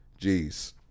jeez